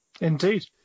Indeed